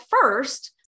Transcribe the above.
first